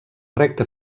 recta